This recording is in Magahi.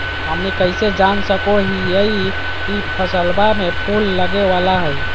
हमनी कइसे जान सको हीयइ की फसलबा में फूल लगे वाला हइ?